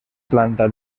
planta